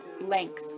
length